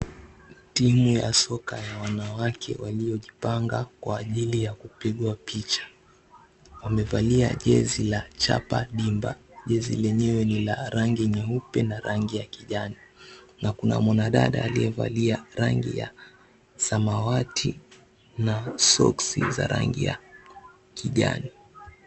Timu ya 𝑠𝑜𝑘𝑎 ya wanawake waliojipanga kwa ajili ya kupigwa picha. 𝑊amevalia jezi la chapa 𝑑𝑖𝑚𝑏𝑎. 𝐽𝑒zi lenyewe ni la rangi nyeupe na rangi ya kijani na kuna mwanadada aliyevalia rangi ya samawati na soksi za rangi ya kijani.